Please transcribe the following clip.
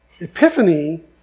Epiphany